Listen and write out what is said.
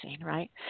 right